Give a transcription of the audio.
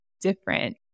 different